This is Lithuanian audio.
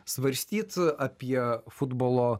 svarstyt apie futbolo